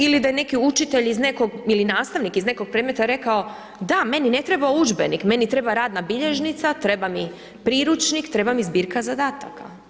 Ili da je neki učitelj iz nekog, ili nastavnik iz nekog predmeta rekao, da, meni ne treba udžbenik meni treba radna bilježnica, treba mi priručnik, treba mi zbirka zadataka.